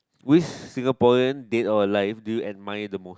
which Singaporean dead or alive do you admire the most